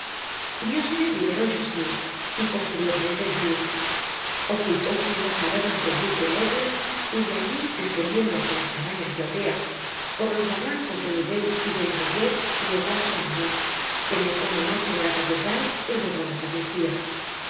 viósele primero en jauziers y posteriormente en tuiles ocultóse en las cavernas de joug de l'aigle y de allí descendiendo hácia las cabañas y aldeas por los barrancos del ubaye y del ubayette llegó hasta embrun penetró una noche en la catedral y robó la sacristía